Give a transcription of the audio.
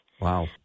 Wow